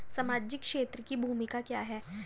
सामाजिक क्षेत्र की भूमिका क्या है?